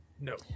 No